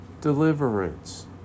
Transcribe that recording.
deliverance